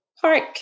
park